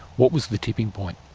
what was the tipping point?